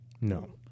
No